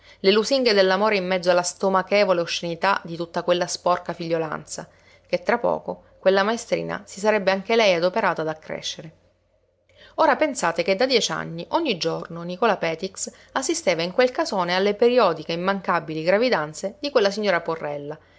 le lusinghe dell'amore in mezzo alla stomachevole oscenità di tutta quella sporca figliolanza che tra poco quella maestrina si sarebbe anche lei adoperata ad accrescere ora pensate che da dieci anni ogni giorno nicola petix assisteva in quel casone alle periodiche immancabili gravidanze di quella signora porrella